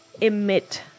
emit